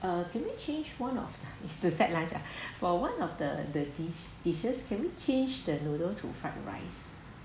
uh can we change one of the set lunch ah for one of the the dis~ dishes can we change the noodle to fried rice